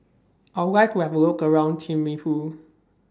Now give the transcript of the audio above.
I Would like to Have A Look around Thimphu